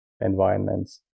environments